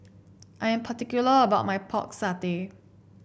I am particular about my Pork Satay